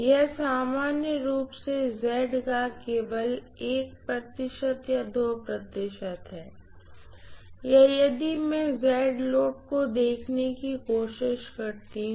यह सामान्य रूप से का केवल प्रतिशत या प्रतिशत है या यदि मैं को देखने की कोशिश करती हूँ